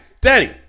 Daddy